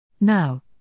Now